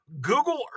Google